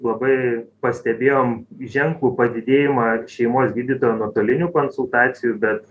labai pastebėjom ženklų padidėjimą šeimos gydytojo nuotolinių konsultacijų bet